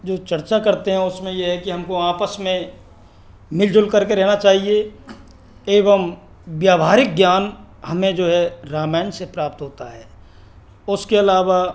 जो चर्चा करते हैं उसमें ये है कि हमको आपस में मिलजुल करके रहना चाहिए एवं व्यावहारिक ज्ञान हमें जो है रामायण से प्राप्त होता है उसके आलावा